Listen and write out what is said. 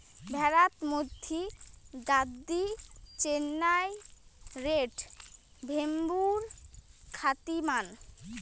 ভ্যাড়াত মধ্যি গাদ্দি, চেন্নাই রেড, ভেম্বুর খ্যাতিমান